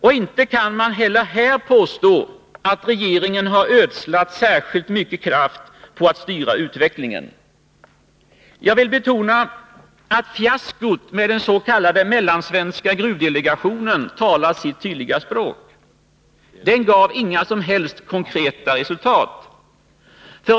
Och inte kan man heller här påstå att regeringen har ödslat särskilt mycket kraft på att styra utvecklingen. Fiaskot med den s.k. mellansvenska gruvdelega tionen talar sitt tydliga språk. Den gav inga som helst konkreta resultat.